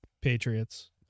Patriots